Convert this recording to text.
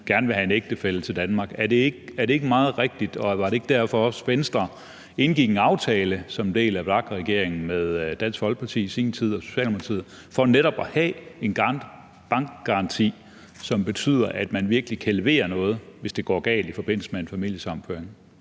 gerne vil have en ægtefælle til Danmark. Er det ikke meget rigtigt, og var det ikke også derfor, Venstre indgik en aftale som en del af VLAK-regeringen med Dansk Folkeparti og Socialdemokratiet i sin tid, nemlig for netop at have en bankgaranti, som betyder, at man virkelig kan levere noget, hvis det går galt i forbindelse med en familiesammenføring?